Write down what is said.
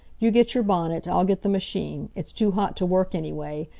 you get your bonnet. i'll get the machine. it's too hot to work, anyway.